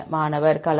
மாணவர் கலவை